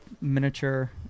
miniature